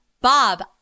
bob